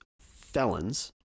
felons